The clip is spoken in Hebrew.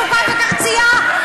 עלוקה וקרצייה?